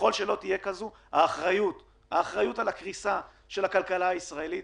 ככל שלא תהיה כזאת האחריות על הקריסה של הכלכלה הישראלית